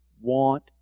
want